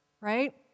right